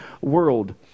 world